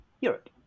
europe